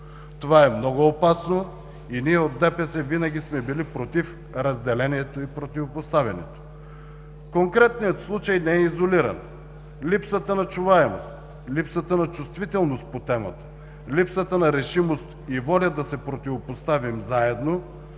Това е много опасно и ние от ДПС винаги сме били против разделението и противопоставянето. Конкретният случай не е изолиран. Липсата на чуваемост, липсата на чувствителност по темата, липсата на решимост и воля да се противопоставим заедно